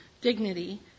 dignity